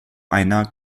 einer